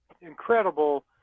incredible